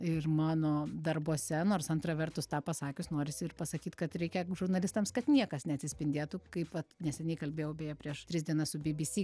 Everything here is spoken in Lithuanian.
ir mano darbuose nors antra vertus tą pasakius norisi ir pasakyt kad reikia žurnalistams kad niekas neatsispindėtų kaip vat neseniai kalbėjau beje prieš tris dienas su bbc